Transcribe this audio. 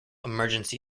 emergency